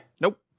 Nope